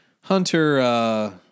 Hunter